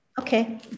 Okay